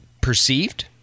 perceived